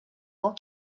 will